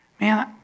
man